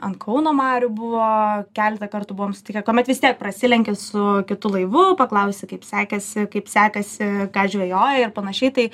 ant kauno marių buvo keletą kartų buvom sutikę kuomet vis tiek prasilenki su kitu laivu paklausi kaip sekėsi kaip sekasi ką žvejoja ir panašiai tai